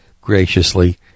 graciously